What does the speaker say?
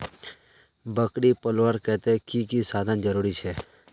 बकरी पलवार केते की की साधन जरूरी छे?